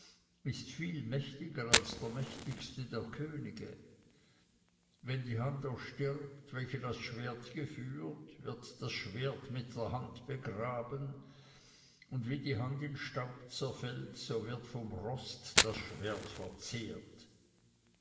ist viel mächtiger als der mächtigste der könige wenn die hand erstirbt welche das schwert geführt wird das schwert mit der hand begraben und wie die hand in staub zerfällt so wird vom rost das schwert verzehrt